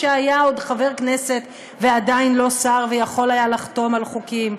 כשהיה עוד חבר כנסת ועדיין לא שר ויכול היה לחתום על חוקים,